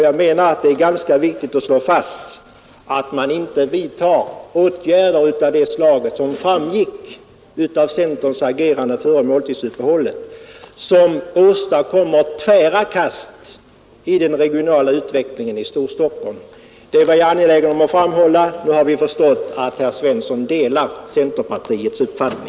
Jag menar att det är ganska viktigt att slå fast att man inte skall vidta åtgärder av det slag som antyddes i centerns agerande före måltidsuppehållet och som åstadkommer tvära kast i den regionala utvecklingen i Stockstockholm. Det var jag angelägen om att framhålla. Nu har vi förstått att herr Svensson i Malmö delar centerpartiets uppfattning.